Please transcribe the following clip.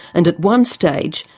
and at one stage,